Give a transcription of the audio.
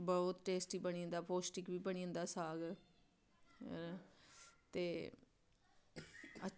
बौह्त टेस्टी बनी जंदा पौष्टिक बी बनी जंदा साग ते अच्छी